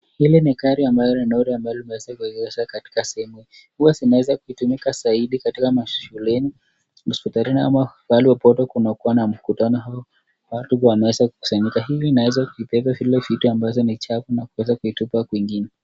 Hili ni gari ambayo ni lorry limeweza kuegezwa katika sehemu, huwa zinaweza kutumika zaidi katika shule, hosipitali ama mahali ambayo watu wamekusanyika, hivi inaweza kubeba vile vitu ambayvo vilivyo chafi na kuzitupa kwingine.